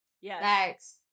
Yes